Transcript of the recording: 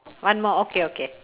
one more okay okay